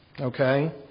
Okay